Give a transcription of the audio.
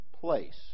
place